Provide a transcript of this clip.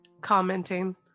Commenting